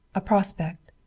a prospect.